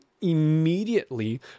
immediately